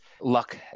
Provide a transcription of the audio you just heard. luck